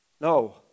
No